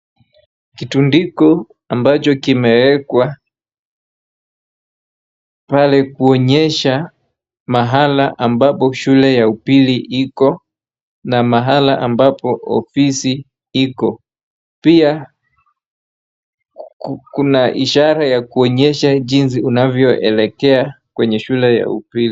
Kitundiko ambacho kimewekwa pale kuonyesha mahala ambapo shule ya upili iko na mahala ambapo ofisi iko, pia kuna ishara ya kuonyesha jinsi unavyoelekea kwenye shule ya upili.